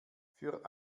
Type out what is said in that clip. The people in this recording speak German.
für